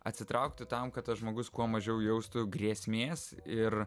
atsitraukti tam kad tas žmogus kuo mažiau jaustų grėsmės ir